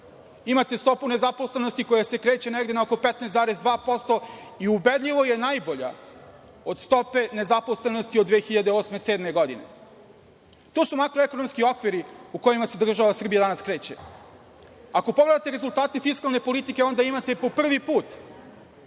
Imate stopu nezaposlenosti koja se kreće negde na oko 15,2% i ubedljivo je najbolja od stope nezaposlenosti od 2007-2008. godine. To su makroekonomski okviri u kojima se država Srbija danas kreće. Ako pogledate rezultate fiskalne politike, onda imate prvi put